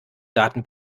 daten